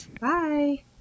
Bye